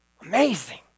amazing